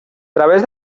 través